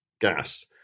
gas